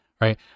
right